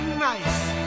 nice